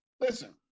listen